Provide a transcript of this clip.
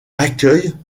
accueille